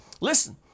Listen